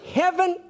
heaven